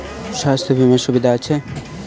স্বাস্থ্য বিমার সুবিধা আছে?